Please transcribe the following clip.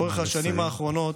לאורך השנים האחרונות